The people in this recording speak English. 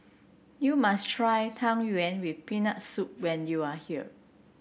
you must try Tang Yuen with Peanut Soup when you are here